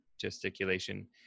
gesticulation